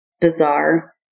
bizarre